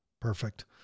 Perfect